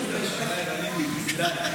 אם אתה חושב שלא אכפת לי, אז אל תדבר איתי בכלל.